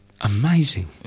amazing